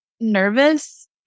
nervous